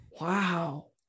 Wow